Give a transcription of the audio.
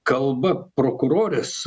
kalba prokurorės